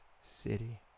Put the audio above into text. city